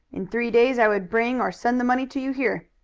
in three days i would bring or send the money to you here.